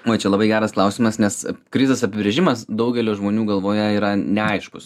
uoj čia labai geras klausimas nes krizės apibrėžimas daugelio žmonių galvoje yra neaiškus